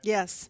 Yes